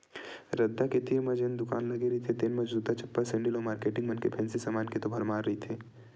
रद्दा के तीर म जेन दुकान लगे रहिथे तेन म जूता, चप्पल, सेंडिल अउ मारकेटिंग मन के फेंसी समान के तो भरमार रहिथे